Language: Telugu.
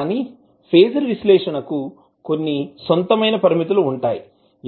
కానీ ఫేజర్ విశ్లేషణ కు కొన్ని సొంతమైన పరిమితులు ఉంటాయి